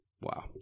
Wow